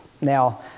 Now